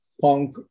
punk